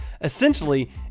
Essentially